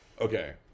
okay